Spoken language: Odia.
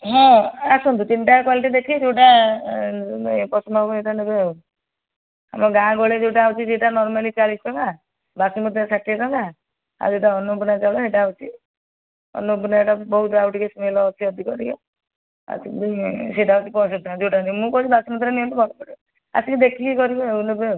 ହଁ ଆସନ୍ତୁ ତିନିଟା କ୍ଵାଲିଟି ଦେଖିବେ ଯେଉଁଟା ପସନ୍ଦ ହେବ ସେହିଟା ନେବେ ଆଉ ଆମ ଗାଁ ଗହଳିରେ ଯେଉଁଟା ହେଉଛି ସେହିଟା ନରମାଲି ଚାଳିଶ ଟଙ୍କା ବସୁମତୀଟା ଷାଠିଏ ଟଙ୍କା ଆଉ ଯେଉଁଟା ହେଉଛି ଅନ୍ନପୂର୍ଣ୍ଣା ଚାଉଳ ସେହିଟା ହେଉଛି ଅନ୍ନପୂର୍ଣ୍ଣା ଚାଉଳ ବହୁତ ସ୍ମେଲ୍ ହେଉଛି ଅଧିକ ଟିକେ ସେହିଟା ହେଉଛି ପଞ୍ଚଷଠୀ ଟଙ୍କା ମୁଁ କହୁଛି ବସୁମତୀଟା ନିଅନ୍ତୁ ଭଲ ପଡ଼ିବ ଆସିକି ଦେଖିକି କରିବେ ଆଉ ନେବେ